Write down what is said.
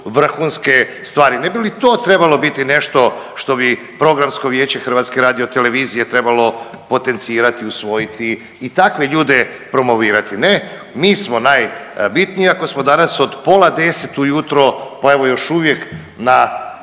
vrhunske stvari. Ne bi li to trebalo biti nešto što bi Programsko vijeće HRT-a trebalo potencirati, usvojiti i takve ljude promovirati. Ne, mi smo najbitniji ako smo danas od pola deset ujutro pa evo još uvijek da